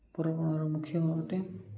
ପର୍ବର ମୁଖ୍ୟ ଅଟେ